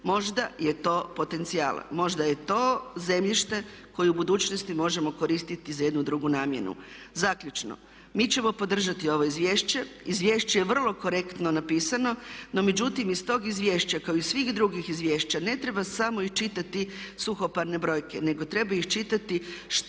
Možda je to potencijal, možda je to zemljište koje u budućnosti možemo koristiti za jednu drugu namjenu. Zaključno. Mi ćemo podržati ovo izvješće. Izvješće je vrlo korektno napisano, no međutim iz tog izvješća kao i svih drugih izvješća ne treba samo iščitati suhoparne brojke, nego treba iščitati što